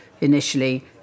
initially